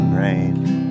rain